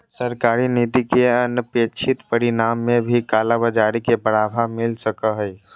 सरकारी नीति के अनपेक्षित परिणाम में भी कालाबाज़ारी के बढ़ावा मिल सको हइ